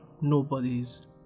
nobody's